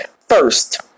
First